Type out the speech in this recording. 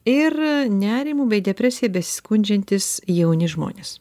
ir nerimu bei depresija besiskundžiantys jauni žmonės